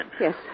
Yes